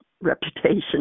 reputation